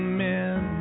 men